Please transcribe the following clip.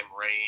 rain